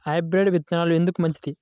Hybrid విత్తనాలు ఎందుకు మంచిది?